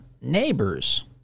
neighbors